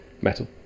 Metal